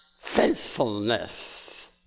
faithfulness